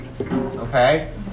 Okay